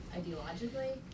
ideologically